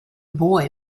boy